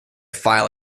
file